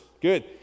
Good